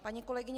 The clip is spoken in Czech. Paní kolegyně